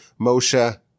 Moshe